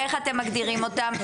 איך אתם מגדירים אותם?